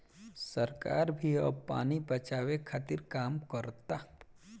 सरकार भी अब पानी बचावे के खातिर काम करता